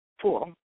pool